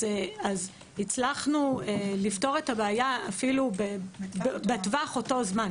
אז הצלחנו לפתור את הבעיה אפילו בטווח אותו זמן.